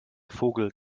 vogel